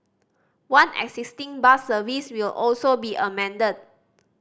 one existing bus service will also be amended